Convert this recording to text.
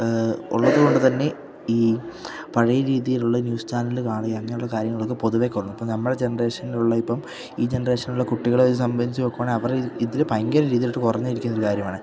ഉള്ളതു കൊണ്ടുതന്നെ ഈ പഴയ രീതിയിലുള്ള ന്യൂസ് ചാനല് കാണുക അങ്ങനെയുള്ള കാര്യങ്ങളൊക്കെ പൊതുവേ കുറഞ്ഞു ഇപ്പോള് നമ്മുടെ ജനറേഷനിലുള്ള ഇപ്പം ഈ ജനറേഷനിലുള്ള കുട്ടികളെ സംബന്ധിച്ച് നോക്കുകയാണെങ്കില് അവര് ഇതില് ഭയങ്കരം രീതിയിലേക്ക് കുറഞ്ഞിരിക്കുന്നൊരു കാര്യമാണ്